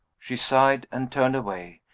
she sighed, and turned away.